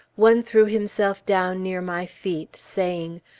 one threw himself down near my feet, saying,